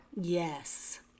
yes